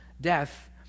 death